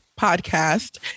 podcast